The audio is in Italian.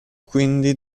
quindi